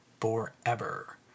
forever